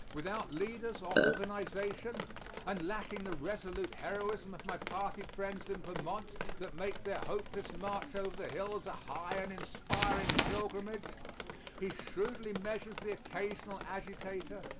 without leaders or organization and lacking the resolute heroism of my party friends in vermont that make their hopeless march over the hills a high and inspiring pilgrimage he shrewdly measures the occasional agitator,